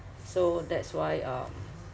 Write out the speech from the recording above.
so that's why um